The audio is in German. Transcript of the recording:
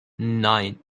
nein